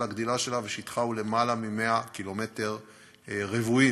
הגדילה שלה ושטחה הוא למעלה מ-100 קילומטר רבועים,